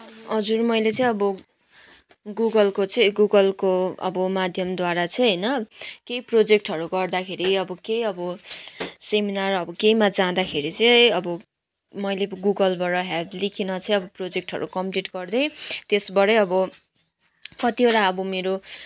हजुर मैले चाहिँ अब गुगलको चाहिँ गुगलको अब माध्यमद्वारा चाहिँ होइन केही प्रोजेक्टहरू गर्दाखेरि अब केही अब सेमिनार अब केहीमा जाँदाखेरि चाहिँ अब मैले गुगलबाट हेल्प लिइकन चाहिँ अब प्रोजेक्टहरू कम्प्लिट गर्दै त्यसबाटै अब कतिवटा अब मेरो